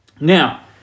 now